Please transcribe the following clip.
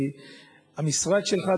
כי המשרד שלך,